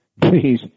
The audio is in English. please